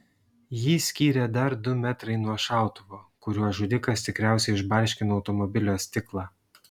jį skyrė dar du metrai nuo šautuvo kuriuo žudikas tikriausiai išbarškino automobilio stiklą